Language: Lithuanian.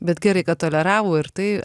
bet gerai kad toleravo ir tai